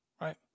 Right